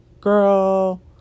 girl